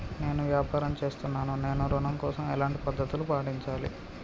నేను వ్యాపారం చేస్తున్నాను నేను ఋణం కోసం ఎలాంటి పద్దతులు పాటించాలి?